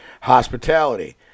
hospitality